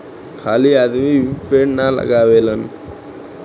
खाली आदमी भी पेड़ ना लगावेलेन